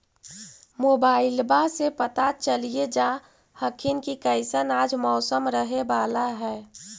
मोबाईलबा से पता चलिये जा हखिन की कैसन आज मौसम रहे बाला है?